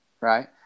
right